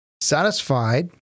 satisfied